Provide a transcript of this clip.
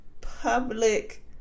public